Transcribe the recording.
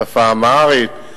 בשפה האמהרית,